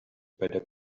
better